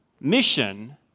mission